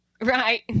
Right